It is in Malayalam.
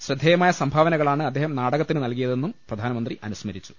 ശ്രദ്ധേയമായ സംഭാവനകളാണ് അദ്ദേഹം നാടകത്തിന് നൽകിയതെന്ന് പ്രധാനമന്ത്രി അനുസ്മരിച്ചു